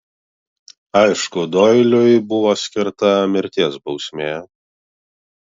aišku doiliui buvo skirta mirties bausmė